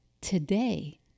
today